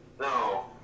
No